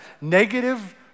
negative